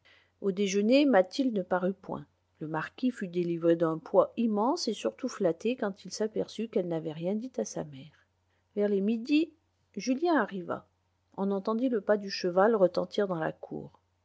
au déjeuner mathilde ne parut point le marquis fut délivré d'un poids immense et surtout flatté quand il s'aperçut qu'elle n'avait rien dit à sa mère vers les midi julien arriva on entendit le pas du cheval retentir dans la cour